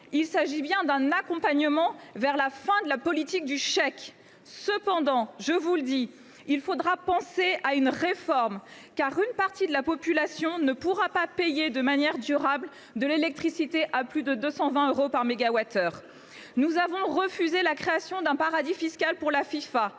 il s’agit bien d’un accompagnement vers la fin de la politique du chèque. Il faudra cependant penser à une réforme, car une partie de la population ne pourra pas payer de manière durable de l’électricité à plus de 220 euros par mégawattheure. Nous avons également refusé la création d’un paradis fiscal pour la Fifa.